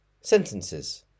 sentences